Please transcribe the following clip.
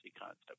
concept